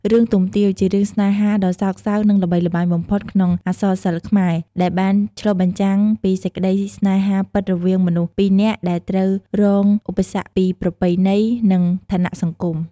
រឿង ទុំទាវ ជារឿងស្នេហាដ៏សោកសៅនិងល្បីល្បាញបំផុតក្នុងអក្សរសិល្ប៍ខ្មែរ ដែលបានឆ្លុះបញ្ចាំងពីសេចក្តីស្នេហាពិតរវាងមនុស្សពីរនាក់ដែលត្រូវរងឧបសគ្គពីប្រពៃណី និងឋានៈសង្គម។